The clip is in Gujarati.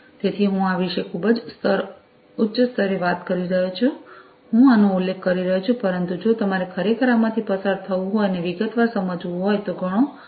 તેથી હું આ વિશે ખૂબ જ ઉચ્ચ સ્તરે વાત કરી રહ્યો છું હું આનો ઉલ્લેખ કરી રહ્યો છું પરંતુ જો તમારે ખરેખર આમાંથી પસાર થવું હોય અને વિગતવાર સમજવું હોય તો ઘણો વધુ સમય લાગશે